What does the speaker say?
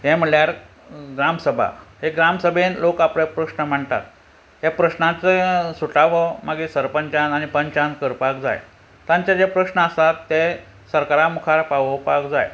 हें म्हणल्यार ग्राम सभा ते ग्राम सभेन लोक आपले प्रस्न मांडटात हे प्रश्नाचो सुटावो मागीर सरपंचान आनी पंचान करपाक जाय तांचे जे प्रस्न आसात ते सरकारा मुखार पावोवपाक जाय